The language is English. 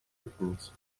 kittens